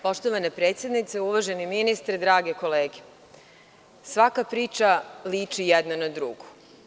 Poštovana predsednice, uvaženi ministre, drage kolege, svaka priča liči jedna na drugu.